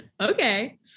Okay